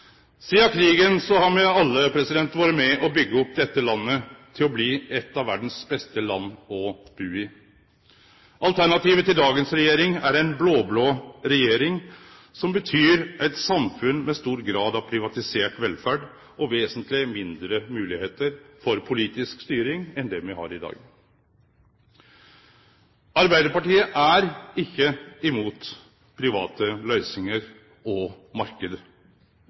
Sidan krigen har me alle vore med på å byggje opp dette landet til å bli eit av verdas beste land å bu i. Alternativet til dagens regjering er ei blå-blå regjering, noko som betyr eit samfunn med stor grad av privatisert velferd og vesentleg mindre moglegheiter for politisk styring enn det me har i dag. Arbeidarpartiet er ikkje imot private løysingar og